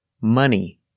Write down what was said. money